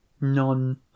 none